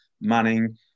Manning